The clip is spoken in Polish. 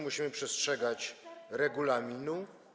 Musimy przestrzegać regulaminu.